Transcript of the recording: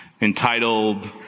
entitled